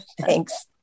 thanks